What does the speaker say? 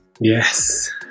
Yes